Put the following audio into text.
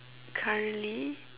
currently